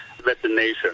vaccination